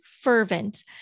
fervent